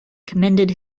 commended